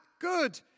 good